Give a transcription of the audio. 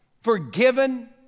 forgiven